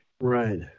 Right